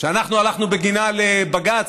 שאנחנו הלכנו בגינה לבג"ץ,